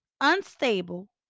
unstable